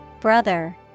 Brother